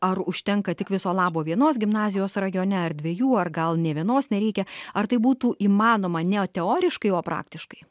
ar užtenka tik viso labo vienos gimnazijos rajone ar dvejų ar gal nė vienos nereikia ar tai būtų įmanoma ne teoriškai o praktiškai